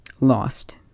lost